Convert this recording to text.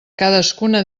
cadascuna